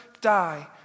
die